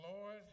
Lord